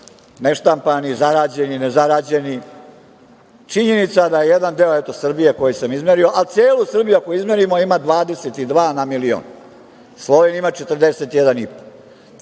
neštampani, zarađeni, nezarađeni? Činjenica da jedan deo Srbije, koji sam izmerio, a celu Srbiju ako izmerimo, ima 22 na milion. Slovenija ima 41